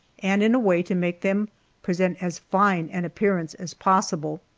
and in a way to make them present as fine an appearance as possible.